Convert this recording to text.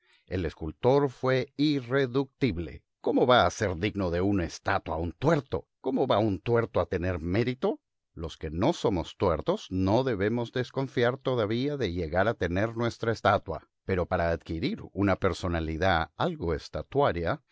el escultor fue irreductible cómo va a ser digno de una estatua un tuerto cómo va un tuerto a tener mérito los que no somos tuertos no debemos desconfiar todavía de llegar a tener nuestra estatua pero para adquirir una personalidad algo estatuaria